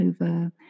over